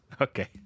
okay